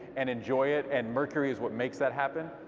and enjoy it, and mercury is what makes that happen.